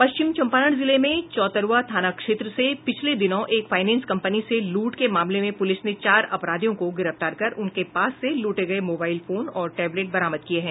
पश्चिम चंपारण जिले में चौतरवा थाना क्षेत्र से पिछले दिनों एक फाइनेंस कंपनी से लूट के मामले में पुलिस ने चार अपराधियों को गिरफ्तार कर उनके पास से लूटे गये मोबाईल फोन और टैबलेट बरामद किये हैं